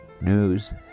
news